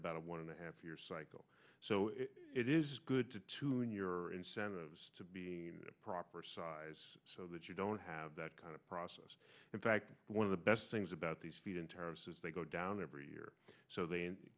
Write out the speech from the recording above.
about a one and a half year cycle so it is good to tune your incentives to be a proper size so that you don't have that kind of process in fact one of the best things about these feed in tariffs is they go down every year so they